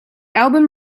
album